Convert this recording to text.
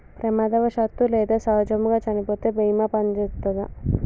ప్రమాదవశాత్తు లేదా సహజముగా చనిపోతే బీమా పనిచేత్తదా?